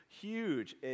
huge